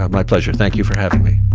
ah my pleasure, thank you for having me.